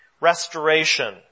restoration